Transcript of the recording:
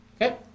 Okay